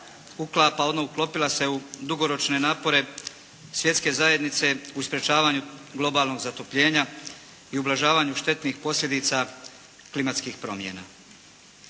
uklapa, uklopila se u dugoročne napore Svjetske zajednice u sprečavanju globalnog zatopljenja i ublažavanju štetnih posljedica klimatskih promjena.